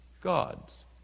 God's